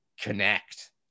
connect